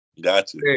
Gotcha